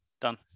done